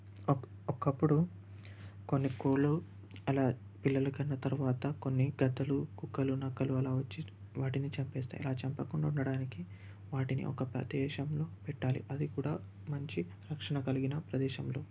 okay ఒకప్పుడు కొన్ని కోళ్లు అలా పిల్లలు కన్నా తర్వాత కొన్ని గద్దలు కుక్కలు నక్కలు అలా వచ్చి వాటిని చంపేస్తాయి ఆ చంపకుండా ఉండడానికి వాటిని ఒక ప్రదేశంలో పెట్టాలి అది కూడా మంచి రక్షణ కలిగిన ప్రదేశంలో